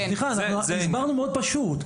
סליחה, הסברנו דבר פשוט מאוד: